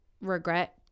regret